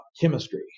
chemistry